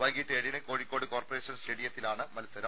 വൈകീട്ട് ഏഴിന് കോഴിക്കോട് കോർപ്പറേഷൻ സ്റ്റേഡിയത്തിലാണ് മത്സരം